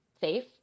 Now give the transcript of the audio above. safe